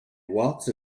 walks